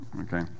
Okay